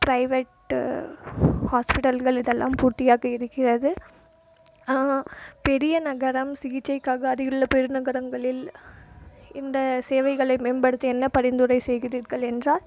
private ஹாஸ்பிட்டல்கள் இதெல்லாம் பூர்த்தியாக இருக்கிறது ஆனால் பெரிய நகரம் சிகிச்சைக்காக அது இல்லை பெருநகரங்களில் இந்த சேவைகளை மேம்படுத்த என்ன பரிந்துரை செய்கிறீர்கள் என்றால்